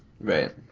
Right